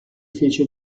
fece